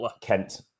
Kent